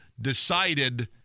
decided